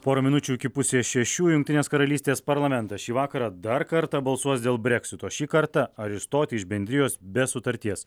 pora minučių iki pusės šešių jungtinės karalystės parlamentas šį vakarą dar kartą balsuos dėl breksito šį kartą ar išstoti iš bendrijos be sutarties